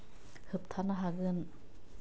होबथानो हागोन